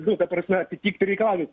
nu ta prasme atitikti reikalavimus